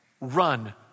run